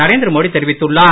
நரேந்திர மோடி தெரிவித்துள்ளார்